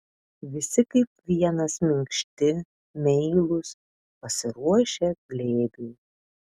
visi kaip vienas minkšti meilūs pasiruošę glėbiui